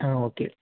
ആ ഓക്കെ